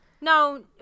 No